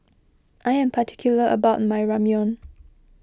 I am particular about my Ramyeon